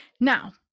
now